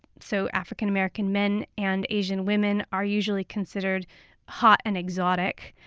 so african-american men and asian women are usually considered hot and exotic,